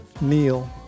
Neil